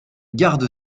gardes